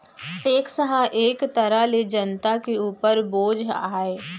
tax ह एक तरह ले जनता के उपर बोझ आय